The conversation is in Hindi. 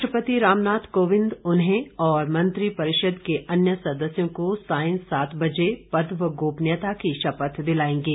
राष्ट्रपति रामनाथ कोविंद उन्हें और मंत्रिपरिषद के अन्य सदस्यों को सायं सात बजे पद व गोपनीयता की शपथ दिलाएंगे